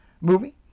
movie